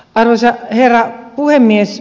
arvoisa herra puhemies